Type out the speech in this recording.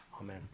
amen